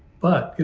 but, you